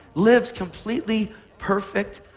lives completely perfect,